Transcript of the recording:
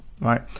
right